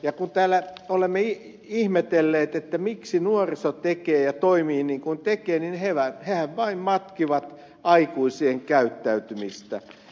kun täällä olemme ihmetelleet miksi nuoriso tekee ja toimii niin kuin tekee niin hehän vain matkivat aikuisten käyttäytymistä